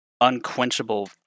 unquenchable